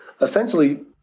essentially